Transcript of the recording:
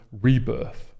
rebirth